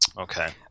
Okay